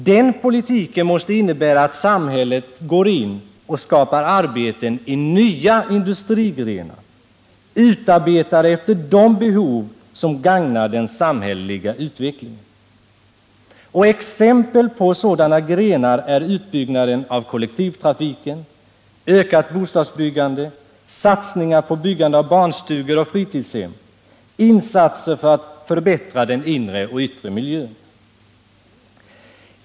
Den politiken måste innebära att samhället går in och skapar arbeten i nya industrigrenar, utarbetade efter de behov som gagnar den samhälleliga utvecklingen. Exempel på sådana grenar är utbyggnaden av kollektivtrafiken, ökat bostadsbyggande, satsningar på byggandet av barnstugor och fritidshem samt insatser för att förbättra den inre och den yttre miljön.